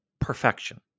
perfection